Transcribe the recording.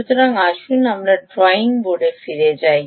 সুতরাং আসুন আমরা ড্রইং বোর্ডে ফিরে যাই